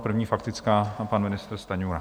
První faktická pan ministr Stanjura.